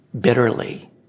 bitterly